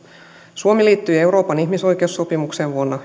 suomi liittyi euroopan ihmisoikeussopimukseen vuonna